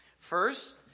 First